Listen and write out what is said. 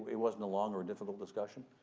it wasn't a long or a difficult discussion.